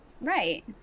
Right